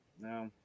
No